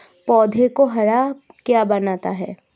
पौधों को हरा क्या बनाता है?